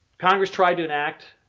congress try do an act.